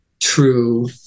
true